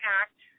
act